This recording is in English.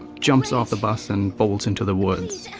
jumps off the bus and bolts into the woods.